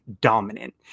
dominant